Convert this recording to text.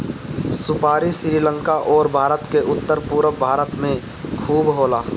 सुपारी श्रीलंका अउरी भारत के उत्तर पूरब भाग में खूब होला